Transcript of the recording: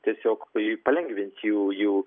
tiesiog tai palengvins jų jų